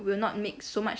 will not make so much